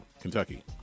Kentucky